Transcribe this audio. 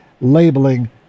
labeling